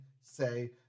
say